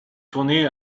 tourné